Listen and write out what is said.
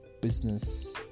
business